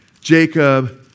Jacob